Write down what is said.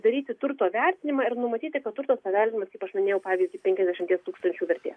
daryti turto vertinimą ir numatyti kad turtas paveldimas kaip aš minėjau pavyzdžiui penkiasdešimt tūkstančių vertės